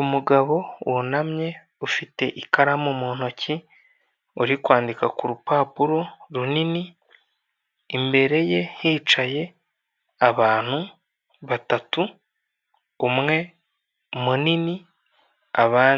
Ibikorwaremezo bigiye bitandukanye harimo imihanda, ibiraro byo hejuru byubakwa